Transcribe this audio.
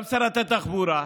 גם שרת התחבורה,